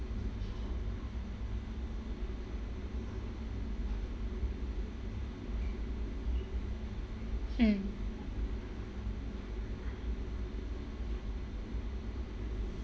mm